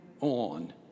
on